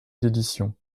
d’édition